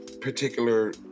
particular